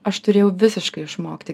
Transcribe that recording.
aš turėjau visiškai išmokti